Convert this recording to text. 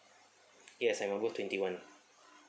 yes I'm above twenty one